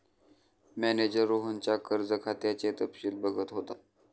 manager रोहनच्या कर्ज खात्याचे तपशील बघत होता